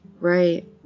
Right